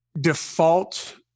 default